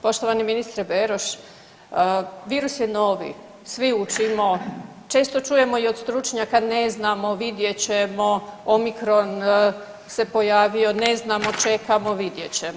Poštovani ministre Beroš, virus je novi, svi učimo, često čujemo i od stručnjaka ne znamo, vidjet ćemo, Omicron se pojavio, ne znamo, čekamo, vidjet ćemo.